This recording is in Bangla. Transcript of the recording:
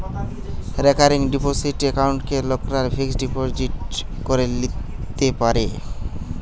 রেকারিং ডিপোসিট একাউন্টকে লোকরা ফিক্সড ডিপোজিট করে লিতে পারে